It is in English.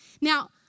Now